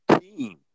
team